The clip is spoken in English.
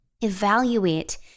evaluate